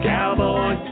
Cowboy